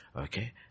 Okay